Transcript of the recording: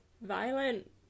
violent